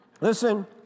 Listen